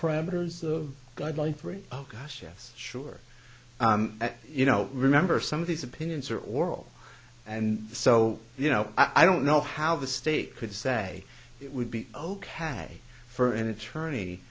parameters of guideline three oh gosh yes sure you know remember some of these opinions are oral and so you know i don't know how the state could say it would be ok for an attorney